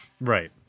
Right